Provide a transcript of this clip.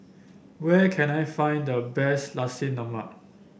where can I find the best Nasi Lemak